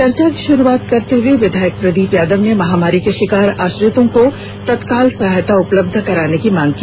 चर्चा की शुरुआत करते हुए विधायक प्रदीप यादव ने महामारी के षिकार आश्रितों को तत्काल सहायता उपलब्ध कराने की मांग की